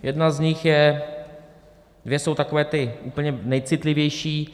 Jedna z nich je dvě jsou takové ty úplně nejcitlivější.